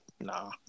Nah